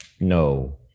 No